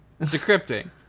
Decrypting